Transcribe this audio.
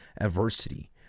adversity